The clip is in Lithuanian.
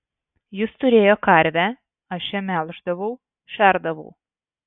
jis turėjo karvę aš ją melždavau šerdavau